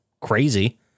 crazy